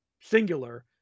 singular